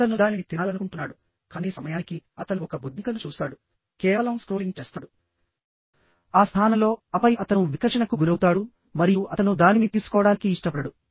అతను దానిని తినాలనుకుంటున్నాడు కానీ సమయానికిఅతను ఒక బొద్దింకను చూస్తాడుకేవలం స్క్రోలింగ్ చేస్తాడు ఆ స్థానంలోఆపై అతను వికర్షణకు గురవుతాడు మరియు అతను దానిని తీసుకోవడానికి ఇష్టపడడు